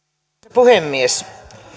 puhemies